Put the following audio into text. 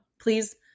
Please